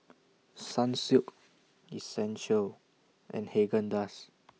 Sunsilk Essential and Haagen Dazs